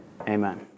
Amen